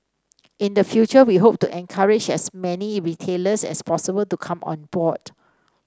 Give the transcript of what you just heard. in the future we hope to encourage as many retailers as possible to come on board